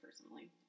personally